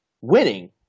winning